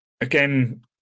again